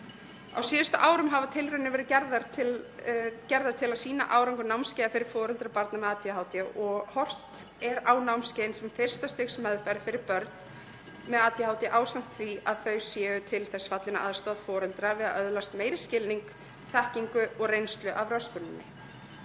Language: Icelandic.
Á síðustu árum hafa tilraunir verið gerðar til að sýna árangur námskeiða fyrir foreldra barna með ADHD. Horft er á námskeiðin sem fyrsta stigs meðferð fyrir börn með ADHD ásamt því að þau séu til þess fallin að aðstoða foreldra við að öðlast meiri skilning, þekkingu og reynslu af röskuninni.